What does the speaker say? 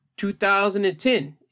2010